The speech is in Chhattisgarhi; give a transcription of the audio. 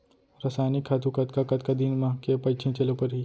रसायनिक खातू कतका कतका दिन म, के पइत छिंचे ल परहि?